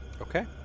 Okay